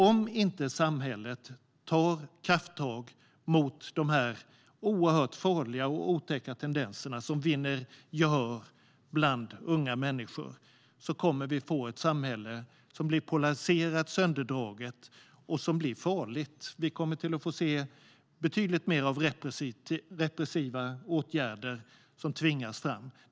Om inte samhället tar krafttag mot dessa oerhört farliga och otäcka tendenser som vinner gehör hos unga människor kommer vi att få ett samhälle som blir polariserat, sönderfallande och farligt. Vi kommer att få se betydligt mer av repressiva åtgärder som tvingas fram.